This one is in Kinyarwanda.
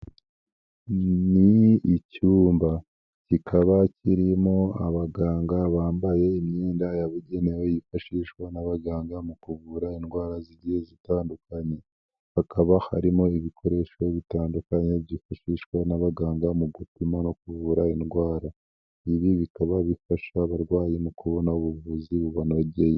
Ni icyumba kikaba kirimo abaganga bambaye imyenda yabugenewe yifashishwa n'abaganga mu kuvura indwara zigiye zitandukanye, hakaba harimo ibikoresho bitandukanye byifashishwa n'abaganga mu gupima no kuvura indwara. Ibi bikaba bifasha abarwayi mu kubona ubuvuzi bubanogeye.